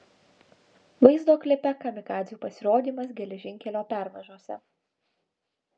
vaizdo klipe kamikadzių pasirodymas geležinkelio pervažose